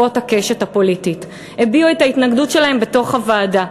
הקשת הפוליטית והביעו את ההתנגדות שלהם בוועדה.